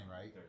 right